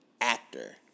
actor